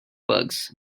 bugs